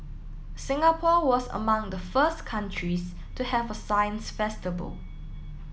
Singapore was among the first countries to have a science festival